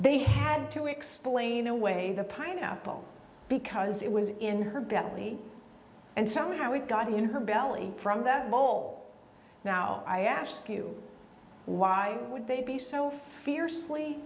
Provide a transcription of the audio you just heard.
they had to explain away the pineapple because it was in her belly and somehow we got in her belly from the bowl now i ask you why would they be so fiercely